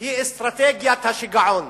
היא אסטרטגיית השיגעון.